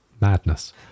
madness